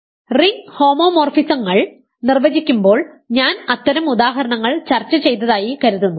ring ഹോമോമോഫിസങ്ങൾ നിർവചിക്കുമ്പോൾ ഞാൻ അത്തരം ഉദാഹരണങ്ങൾ ചർച്ച ചെയ്തതായി കരുതുന്നു